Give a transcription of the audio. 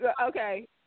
okay